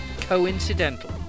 coincidental